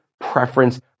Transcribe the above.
preference